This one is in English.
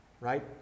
right